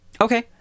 Okay